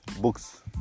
books